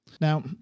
Now